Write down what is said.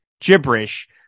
gibberish